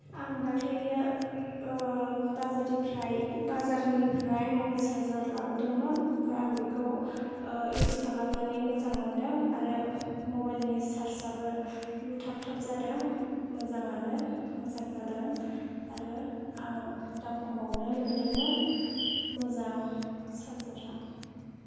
आं दाखालैयो बाजारनिफ्राय बाजारनिफ्राय मबाइल चार्जार लाबोदोंमोन ओमफ्राय आं बेखौ इउस खालामनानै मोजां मोनदों आरो मबाइल नि चार्ज आबो थाब थाब जादों मोजाङानो मोजां जादों आरो आं दाम खमावनो मोनदोंमोन मोजां चार्जारा